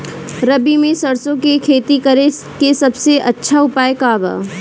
रबी में सरसो के खेती करे के सबसे अच्छा उपाय का बा?